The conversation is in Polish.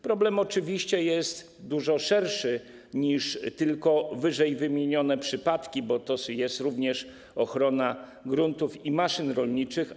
Problem oczywiście jest dużo szerszy niż tylko ww. przypadki, bo chodzi również o ochronę gruntów i maszyn rolniczych.